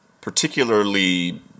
particularly